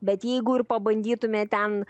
bet jeigu ir pabandytume ten